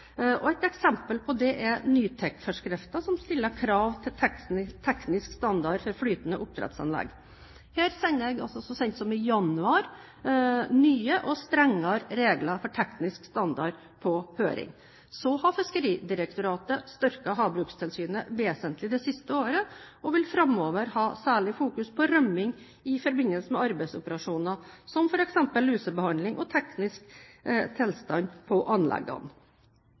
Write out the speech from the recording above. Et eksempel på dette er NYTEK-forskriften som stiller krav til teknisk standard for flytende oppdrettsanlegg. Her sendte jeg så sent som i januar i år nye og strengere regler for teknisk standard på høring. Fiskeridirektoratet har styrket havbrukstilsynet vesentlig det siste året og vil framover ha særlig fokus på rømming i forbindelse med arbeidsoperasjoner som f.eks. lusebehandling og teknisk tilstand på anleggene.